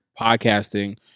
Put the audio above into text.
podcasting